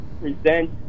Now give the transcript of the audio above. present